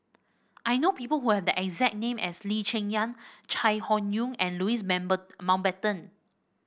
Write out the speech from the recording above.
I know people who have the exact name as Lee Cheng Yan Chai Hon Yoong and Louis Member Mountbatten